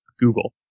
Google